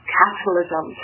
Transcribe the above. capitalism